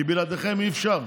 כי בלעדיכם אי-אפשר.